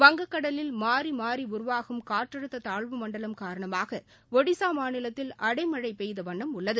வங்கக்கடலில் மாறிமாறி உருவாகும் காற்றழுத்த தாழ்வுமண்டலம் காரணமாக ஒடிசா மாநிலத்தில் அடைமழை பெய்தவண்ணம் உள்ளது